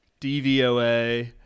DVOA